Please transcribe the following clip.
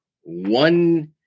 one